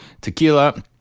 tequila